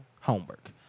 Homework